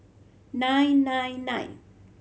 nine nine nine